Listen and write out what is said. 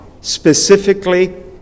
specifically